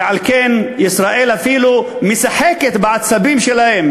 ועל כן ישראל אפילו משחקת בעצבים שלהם.